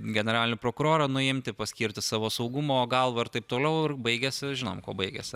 generalinį prokurorą nuimti paskirti savo saugumo galvą ir taip toliau baigėsi žinom kuo baigėsi